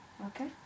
Okay